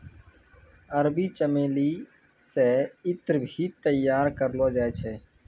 अरबी चमेली से ईत्र भी तैयार करलो जाय छै